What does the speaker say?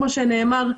כמו שנאמר.